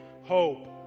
Hope